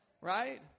right